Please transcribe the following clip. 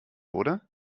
oder